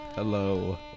Hello